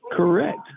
Correct